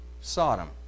Sodom